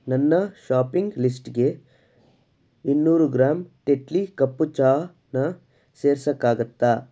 ನನ್ನ ಶಾಪಿಂಗ್ ಲಿಸ್ಟ್ಗೆ ಇನ್ನೂರು ಗ್ರಾಮ್ ಟೆಟ್ಲಿ ಕಪ್ಪು ಚಹಾ ನ ಸೇರ್ಸೋಕ್ಕಾಗುತ್ತ